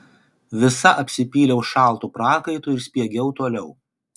visa apsipyliau šaltu prakaitu ir spiegiau toliau